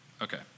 Okay